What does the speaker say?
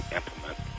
implement